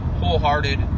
wholehearted